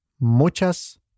Muchas